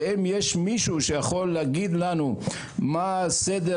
ואם יש מישהו שיכול להגיד לנו מה הסדר